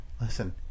listen